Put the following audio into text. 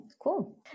cool